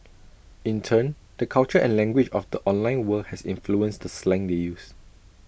in turn the culture and language of the online world has influenced the slang they use